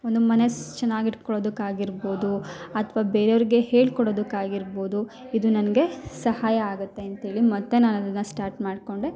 ಒಂದು ಮನಸ್ಸು ಚೆನ್ನಾಗಿ ಇಟ್ಕೊಳದಕ್ಕೆ ಆಗಿರ್ಬೋದು ಅಥ್ವ ಬೇರೆ ಅವ್ರ್ಗೆ ಹೇಳಿ ಕೊಡೋದಕ್ಕೆ ಆಗಿರ್ಬೋದು ಇದು ನನಗೆ ಸಹಾಯ ಆಗತ್ತೆ ಅಂತ್ಹೇಳಿ ಮತ್ತು ನಾನು ಅದನ್ನ ಸ್ಟಾರ್ಟ್ ಮಾಡ್ಕೊಂಡೆ